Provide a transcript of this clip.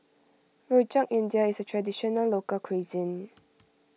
Rojak India is a Traditional Local Cuisine